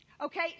Okay